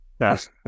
Yes